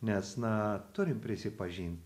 nes na turim prisipažint